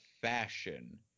fashion